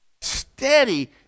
Steady